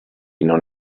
non